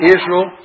Israel